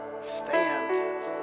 stand